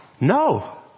No